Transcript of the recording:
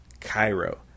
Cairo